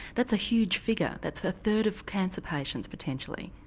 that's a huge figure, that's a third of cancer patients potentially.